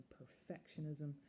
perfectionism